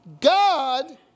God